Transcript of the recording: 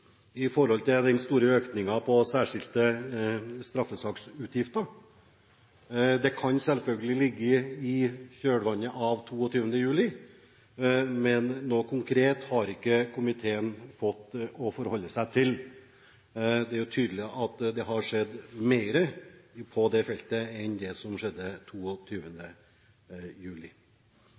i forhold til den store økningen av særskilte straffesaksutgifter. Den kan selvfølgelig ha kommet i kjølvannet av 22. juli, men noe konkret har ikke komiteen fått å forholde seg til. Det er tydelig at det har skjedd mer på det feltet enn det som skjedde 22. juli.